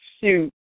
Shoot